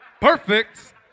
Perfect